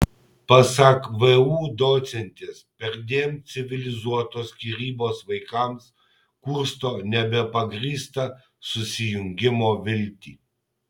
pasak vu docentės perdėm civilizuotos skyrybos vaikams kursto nebepagrįstą susijungimo viltį